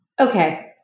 Okay